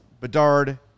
Bedard